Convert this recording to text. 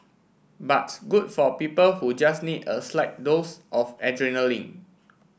but good for people who just need a slight dose of adrenaline